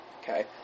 Okay